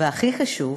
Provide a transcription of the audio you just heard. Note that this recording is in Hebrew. והכי חשוב,